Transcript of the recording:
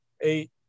eight